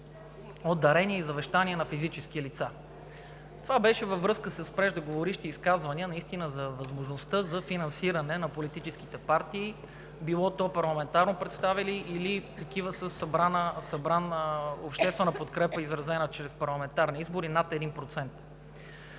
от дарения и завещания на физически лица. Това беше във връзка с преждеговорившите изказвания за възможността за финансиране на политическите партии – било то парламентарно представени или такива със събрана обществена подкрепа, изразена чрез парламентарни избори, над 1%.